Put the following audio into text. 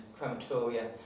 crematoria